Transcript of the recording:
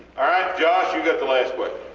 alright josh you got the last but